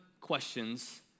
questions